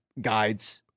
guides